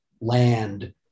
land